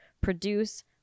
produce